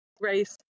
race